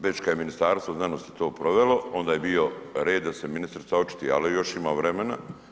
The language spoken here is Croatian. Već kada je Ministarstvo znanosti to provelo onda bi bio red da se ministrica očituje, ali još ima vremena.